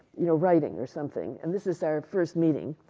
you know, writing, or something. and this is our first meeting.